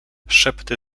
szepty